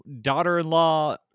daughter-in-law